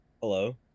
Hello